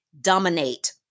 Dominate